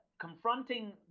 confronting